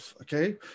Okay